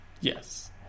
Yes